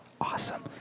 Awesome